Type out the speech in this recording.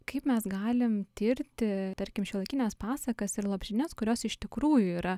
kaip mes galim tirti tarkim šiuolaikines pasakas ir lopšines kurios iš tikrųjų yra